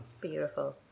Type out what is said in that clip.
beautiful